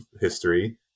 history